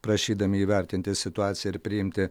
prašydami įvertinti situaciją ir priimti